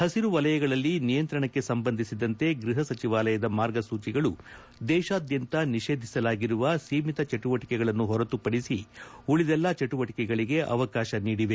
ಪಸಿರು ವಲಯಗಳಲ್ಲಿ ನಿಯಂತ್ರಣಕ್ಕೆ ಸಂಬಂಧಿಸಿದಂತೆ ಗೃಪ ಸಚಿವಾಲಯದ ಮಾರ್ಗಸೂಚಿಗಳು ದೇಶಾದ್ಯಂತ ನಿ ೇಧಿಸಲಾಗಿರುವ ಸೀಮಿತ ಚಟುವಟಿಕೆಗಳನ್ನು ಹೊರತು ಪಡಿಸಿ ಉಳಿದೆಲ್ಲಾ ಚಟುವಟಿಕೆಗಳಿಗೆ ಅವಕಾಶ ನೀಡಿವೆ